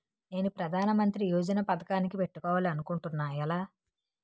నేను ప్రధానమంత్రి యోజన పథకానికి పెట్టుకోవాలి అనుకుంటున్నా ఎలా?